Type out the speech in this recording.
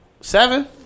Seven